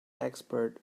expert